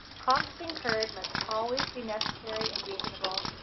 costs incurred must always be necessary and reasonable,